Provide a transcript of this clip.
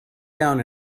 down